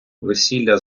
весілля